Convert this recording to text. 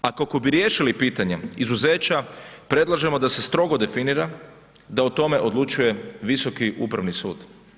Ako kako bi riješili pitanje izuzeća, predlažemo da se strogo definira da o tome odlučuje Visoki upravni sud.